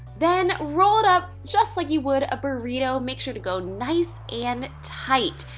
then roll it up just like you would a burrito. make sure to go nice and tight.